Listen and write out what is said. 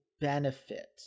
benefit